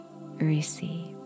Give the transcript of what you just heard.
receive